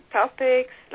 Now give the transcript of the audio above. topics